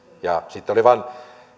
ja sitten oli vain